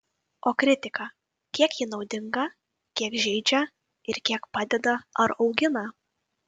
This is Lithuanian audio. o kritika kiek ji naudinga kiek žeidžia ir kiek padeda ar augina